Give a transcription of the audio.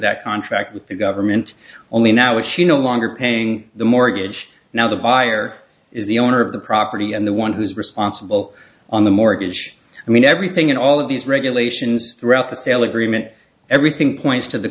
that contract with the government only now is she no longer paying the mortgage now the buyer is the owner of the property and the one who's responsible on the mortgage i mean everything in all of these regulations through out the sale agreement everything points to the